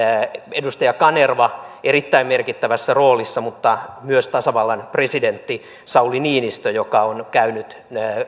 edustaja kanerva erittäin merkittävässä roolissa mutta myös tasavallan presidentti sauli niinistö joka on käynyt